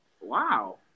Wow